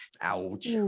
Ouch